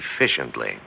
efficiently